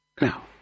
Now